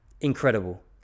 incredible